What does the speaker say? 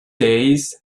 days